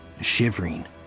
shivering